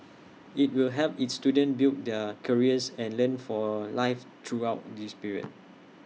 IT will help its students build their careers and learn for life throughout this period